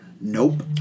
nope